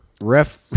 Ref